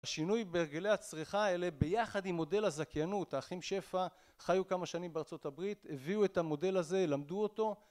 השינוי ברגלי הצריכה האלה ביחד עם מודל הזכיינות האחים שפע חיו כמה שנים בארה״ב הביאו את המודל הזה למדו אותו